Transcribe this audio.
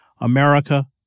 America